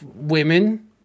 women